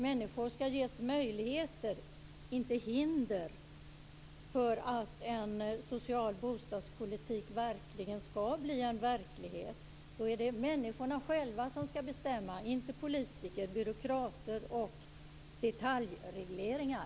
Människor skall ges möjligheter, inte hinder för att en social bostadspolitik skall bli verklighet. Då är det människorna själva som skall bestämma, inte politiker, byråkrater och detaljregleringar.